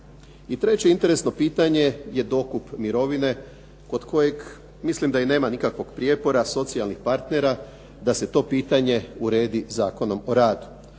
treće interesno pitanje je dokup mirovine kod kojeg mislim da i nema nikakvog prijepora socijalnih partnera da se to pitanje uredi Zakonom o radu.